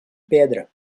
pedra